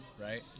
right